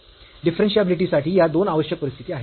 differentiability साठी या दोन आवश्यक परिस्थिती आहेत